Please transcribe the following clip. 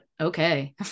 okay